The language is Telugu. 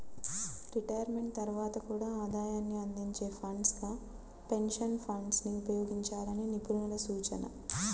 రిటైర్మెంట్ తర్వాత కూడా ఆదాయాన్ని అందించే ఫండ్స్ గా పెన్షన్ ఫండ్స్ ని ఉపయోగించాలని నిపుణుల సూచన